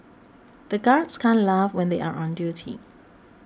the guards can't laugh when they are on duty